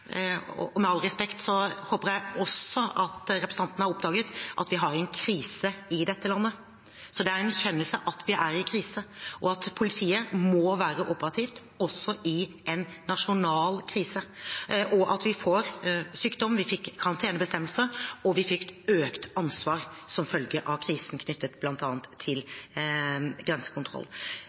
og med all respekt håper jeg også at representanten har oppdaget det – at vi har en krise i dette landet. Det er en erkjennelse av at vi er i krise, at politiet må være operativt også i en nasjonal krise, og at vi får sykdom. Vi fikk karantenebestemmelser, og vi fikk økt ansvar som følge av krisen knyttet bl.a. til grensekontroll.